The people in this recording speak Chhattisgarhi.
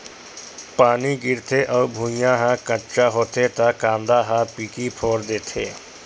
पानी गिरथे अउ भुँइया ह कच्चा होथे त कांदा ह पीकी फोर देथे